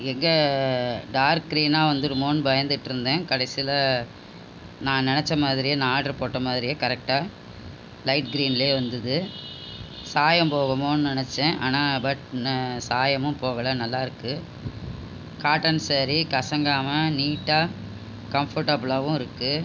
எங்கே டார்க் கிரீனாக வந்துவிடுமோனு பயந்துகிட்டு இருந்தேன் கடைசியில் நான் நினச்ச மாதிரியே நான் ஆர்டர் போட்ட மாதிரியே கரெக்ட்டாக லைட் கிரீனிலே வந்தது சாயம் போகுமோன்னு நினச்சேன் ஆனால் பட் சாயமும் போகலை நல்லா இருக்குது காட்டன் சாரி கசங்காமல் நீட்டாக கம்ஃபர்டபில்லாகவும் இருக்குது